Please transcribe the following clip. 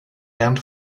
and